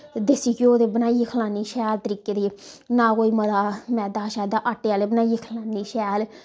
देस्सी घ्यो दे बनाइयै खलानी शैल तरीके दे ना कोई मता मैदा शैदा आटे आह्ले बनाइयै खलानी शैल